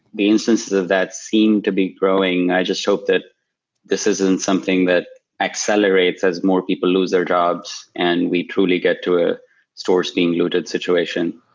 the instances of that seem to be growing. i just hope that this isn't something that accelerates as more people lose their jobs and we truly get to a source being looted muted situation.